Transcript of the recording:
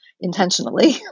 intentionally